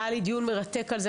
היה לי דיון מרתק על זה.